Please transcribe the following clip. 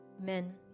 Amen